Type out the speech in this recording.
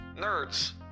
nerds